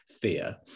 fear